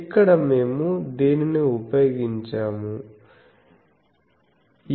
ఇక్కడ మేము దీనిని ఉపయోగించాము ar